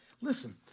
Listen